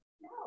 No